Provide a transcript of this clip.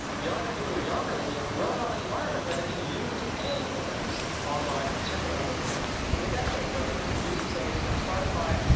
um younger people who are younger than me have grown up in an environment where they've been used to paying for things online, in particular on their phone, from the get-go, whether these are music services, like spotify,